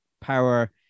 power